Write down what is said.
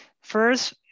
First